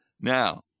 Now